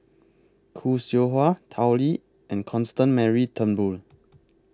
Khoo Seow Hwa Tao Li and Constance Mary Turnbull